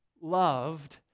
loved